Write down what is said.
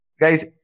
guys